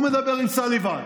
זה שהיה במחנה.